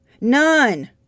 None